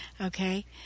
okay